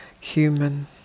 human